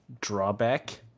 drawback